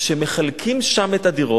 שמחלקים אותן,